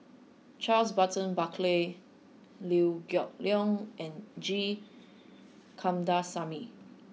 Charles Burton Buckley Liew Geok Leong and G Kandasamy